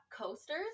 coasters